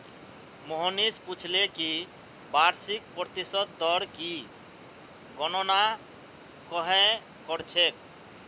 मोहनीश पूछले कि वार्षिक प्रतिशत दर की गणना कंहे करछेक